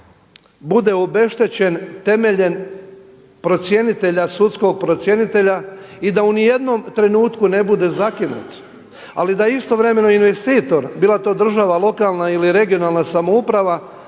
bude obeštećen temeljem procjenitelja, sudskog procjenitelja i da u ni jednom trenutku ne bude zakinut. Ali da istovremeno investitor, bilo to država lokalna ili regionalna samouprava